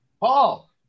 Paul